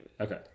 Okay